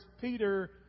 Peter